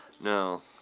No